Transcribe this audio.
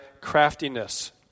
craftiness